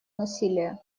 насилия